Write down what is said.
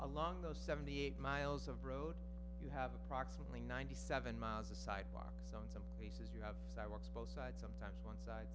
along those seventy eight miles of road you have approximately ninety seven miles of sidewalk spaces you have sidewalks both sides sometimes one side